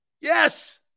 Yes